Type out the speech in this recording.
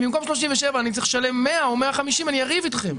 אם במקום 37 שקלים אצטרך לשלם 100 או 150 שקלים אני אריב אתכם,